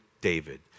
David